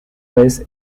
vez